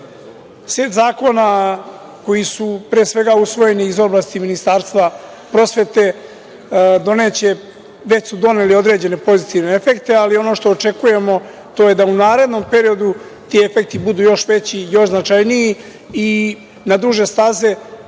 zakona koji su pre svega usvojeni iz oblasti Ministarstva prosvete doneće, već su doneli određene pozitivne efekte, ali ono što očekujemo to je da u narednom periodu ti efekti budu još veći, još značajniji i na duže staze